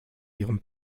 ihrem